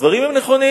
והדברים הם נכונים.